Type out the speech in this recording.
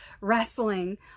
wrestling